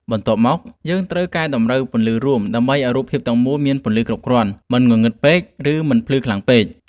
បន្ទាប់មក យើងត្រូវកែតម្រូវ ពន្លឺរួម ដើម្បីឱ្យរូបភាពទាំងមូលមានពន្លឺគ្រប់គ្រាន់ មិនងងឹតពេក ឬមិនភ្លឺខ្លាំងពេក។